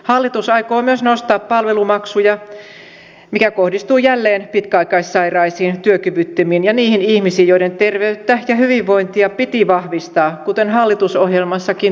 hallitus aikoo myös nostaa palvelumaksuja mikä kohdistuu jälleen pitkäaikaissairaisiin työkyvyttömiin ja niihin ihmisiin joiden terveyttä ja hyvinvointia piti vahvistaa kuten hallitusohjelmassakin todetaan